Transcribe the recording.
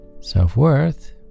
self-worth